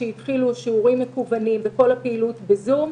כשהתחילו שיעורים מקוונים וכל הפעילות בזום,